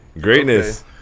greatness